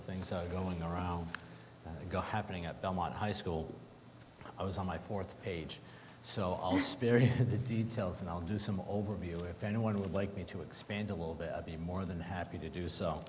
the things are going around go happening at belmont high school i was on my fourth page so i'll spare you the details and i'll do some overview if anyone would like me to expand a little bit more than happy to do so